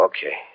Okay